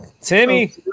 Timmy